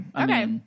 Okay